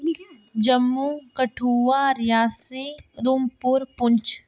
Jammu Kathua Reasi Udhampur Poonch